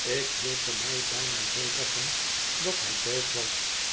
ik hield er mij bijna zeker van dat hij dood was